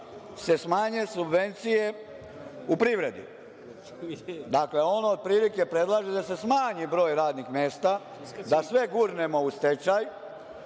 se smanje subvencije u privredi. Dakle, on otprilike, predlaže da se smanji broj radnih mesta, da sve gurnemo u stečaj